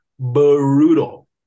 brutal